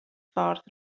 ffyrdd